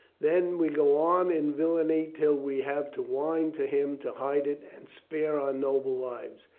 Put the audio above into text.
then we go on in villainy till we have to whine to him to hide it and spare our noble lives.